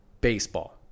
baseball